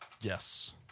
Yes